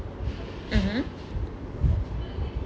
mmhmm